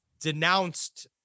denounced